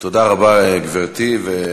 תודה רבה, גברתי.